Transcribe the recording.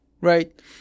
right